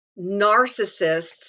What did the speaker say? narcissists